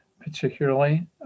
particularly